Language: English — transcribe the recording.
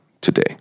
today